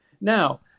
Now